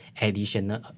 additional